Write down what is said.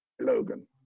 Logan